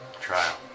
trial